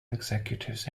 executives